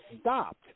stopped